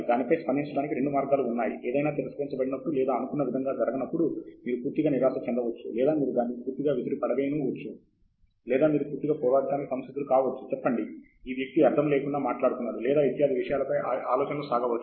దానిపై స్పందించడానికి రెండు మార్గాలు ఉన్నాయి ఏదైనా తిరస్కరించబడినప్పుడు లేదా అనుకున్న విధముగా జరగనప్పుడు మీరు పూర్తిగా నిరాశ చెందవచ్చు లేదా మీరు దాన్ని పూర్తిగా విసిరి పడవేయనూవచ్చు లేదా మీరు పూర్తిగా పోరాడటానికి సంసిద్ధులు కావచ్చు చెప్పండి ఈ వ్యక్తి ఆర్ధము లేకుండా మాట్లాడుతున్నాడు లేదా ఇత్యాది విషయాలపై అలోచనలు సాగవచ్చు